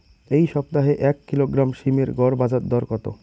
এই সপ্তাহে এক কিলোগ্রাম সীম এর গড় বাজার দর কত?